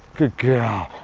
good girl.